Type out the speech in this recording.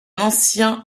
ancien